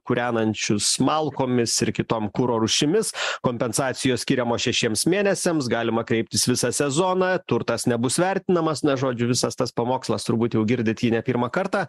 kūrenančius malkomis ir kitom kuro rūšimis kompensacijos skiriamos šešiems mėnesiams galima kreiptis visą sezoną turtas nebus vertinamas na žodžiu visas tas pamokslas turbūt jau girdit jį ne pirmą kartą